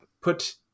put